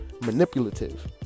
manipulative